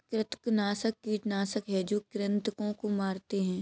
कृंतकनाशक कीटनाशक हैं जो कृन्तकों को मारते हैं